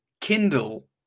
kindle